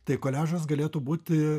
tai koliažas galėtų būti